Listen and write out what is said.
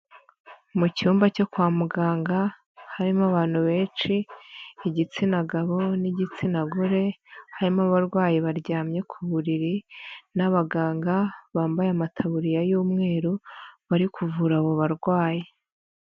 Mu cyumba cyo kwa muganga, harimo abantu benshi, igitsina gabo n'igitsina gore, harimo abarwayi baryamye ku buriri n'abaganga bambaye amataburiya y'umweru, bari kuvura abo barwayi.